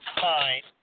fine